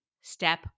Step